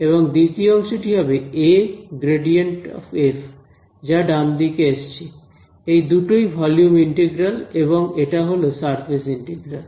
এবং দ্বিতীয় অংশটি হবে যা ডানদিকে এসেছে এই দুটোই ভলিউম ইন্টিগ্রাল এবং এটা হল সারফেস ইন্টিগ্রাল